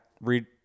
read